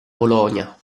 polonia